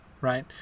right